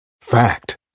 Fact